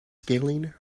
scaling